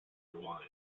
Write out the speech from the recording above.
rewind